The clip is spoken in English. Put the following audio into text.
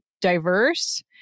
diverse